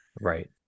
Right